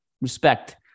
respect